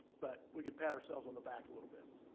but we could pat ourselves on the back a little bit.